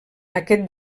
aquest